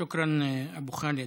שוכרן, אבו חאלד.